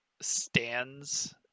stands